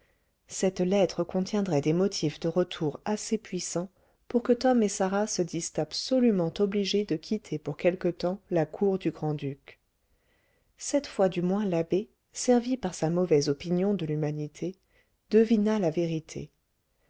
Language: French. cette lettre contiendrait des motifs de retour assez puissants pour que tom et sarah se dissent absolument obligés de quitter pour quelque temps la cour du grand-duc cette fois du moins l'abbé servi par sa mauvaise opinion de l'humanité devina la vérité